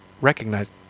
recognize